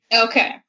Okay